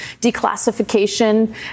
declassification